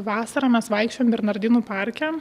vasarą mes vaikščiojom bernardinų parke